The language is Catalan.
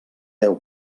deu